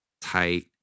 tight